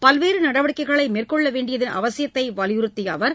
பல்வேறு நடவடிக்கைகளை மேற்கொள்ள வேண்டியதன் அவசியத்தை வலியுறுத்திய அவர்